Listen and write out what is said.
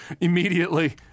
immediately